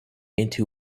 into